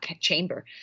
chamber